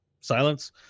silence